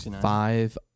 five